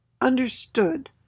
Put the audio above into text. understood